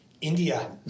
india